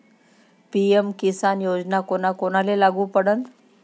PM Kisan योजना कोना कोनाले लागू पडन?